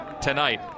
tonight